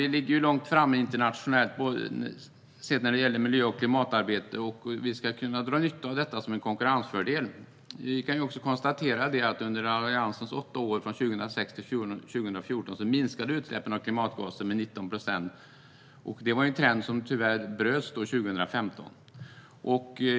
Vi ligger långt framme internationellt när det gäller miljö och klimatarbete, och vi ska kunna dra nytta av detta som en konkurrensfördel. Vi kan konstatera att under Alliansens åtta år, från 2006-2014, minskade utsläppen av klimatgaser med 19 procent. Det var en trend som tyvärr bröts 2015.